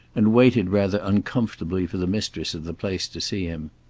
and waited rather uncomfortably for the mistress of the place to see him.